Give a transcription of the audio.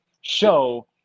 show